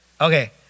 Okay